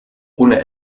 ohne